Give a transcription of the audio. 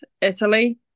Italy